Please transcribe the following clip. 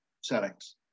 settings